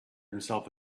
himself